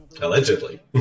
Allegedly